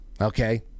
Okay